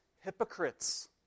hypocrites